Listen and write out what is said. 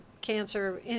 cancer